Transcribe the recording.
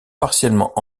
partiellement